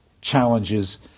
challenges